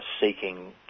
seeking